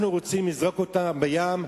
אנחנו רוצים לזרוק אותם לים?